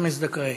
חמס דקאייק.